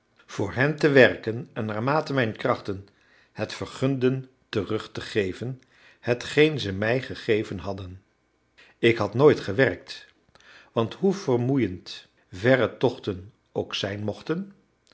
voor hen te werken en naarmate mijn krachten het vergunden terug te geven hetgeen ze mij gegeven hadden ik had nooit gewerkt want hoe vermoeiend verre tochten ook zijn mochten